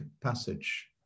passage